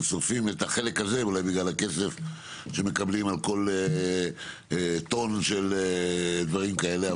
הם שורפים אולי את החלק הזה בגלל הכסף שמקבלים על כל טון של דברים כאלה.